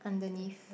underneath